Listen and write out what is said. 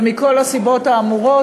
ומכל הסיבות האמורות,